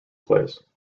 plays